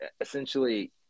essentially